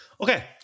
Okay